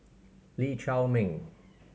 Lee Chiaw Meng